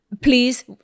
please